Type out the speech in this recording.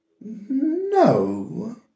No